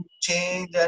change